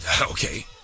Okay